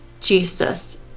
Jesus